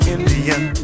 Indian